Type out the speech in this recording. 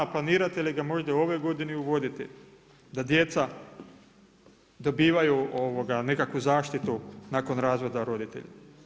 Planirate li ga možda u ovoj godini uvoditi da djeca dobivaju nekakvu zaštitu nakon razvoda roditelja?